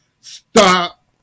stop